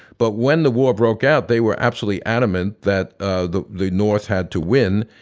but when the war broke out, they were absolutely adamant that ah the the north had to win.